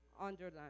underline